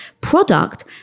product